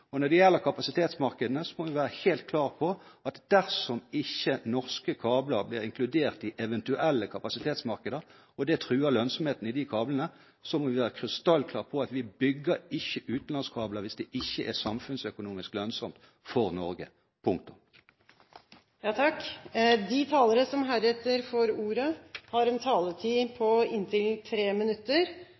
Når det gjelder kapasitetsmarkedene, må vi være helt klare. Dersom ikke norske kabler blir inkludert i eventuelle kapasitetsmarkeder, og det truer lønnsomheten i de kablene, må vi være krystallklare på at vi ikke bygger utenlandskabler hvis det ikke er samfunnsøkonomisk lønnsomt for Norge. Punktum. De talere som heretter får ordet, har en taletid på inntil 3 minutter.